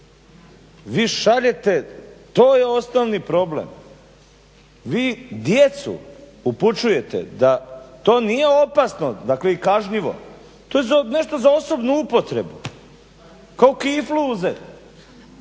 vi šaljete, to je osnovni problem, vi djecu upućujete da to nije opasno, dakle i kažnjivo, to je nešto za osobnu upotrebu, kao kiflu uzeti.